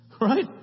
Right